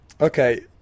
okay